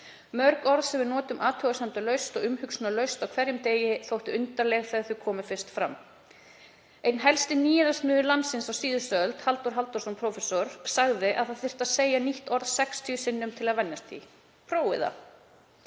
Mörg orð sem við notum athugasemdalaust og umhugsunarlaust á hverjum degi þóttu undarleg þegar þau komu fyrst fram. Einn helsti nýyrðasmiður landsins á síðustu öld, Halldór Halldórsson prófessor, sagði að það þyrfti að segja nýtt orð 60 sinnum til að venjast því. Prófið það!“